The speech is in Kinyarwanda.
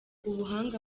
ubuhanga